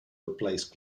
replace